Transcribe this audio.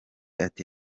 ati